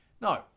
No